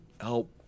help